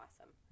awesome